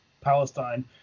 Palestine